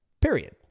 Period